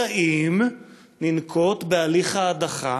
אלא אם ננקוט את הליך ההדחה,